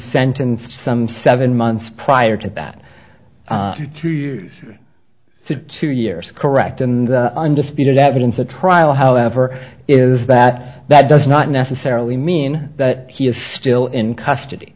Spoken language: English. sentenced some seven months prior to that to use two years correct and undisputed evidence at trial however is that that does not necessarily mean that he is still in custody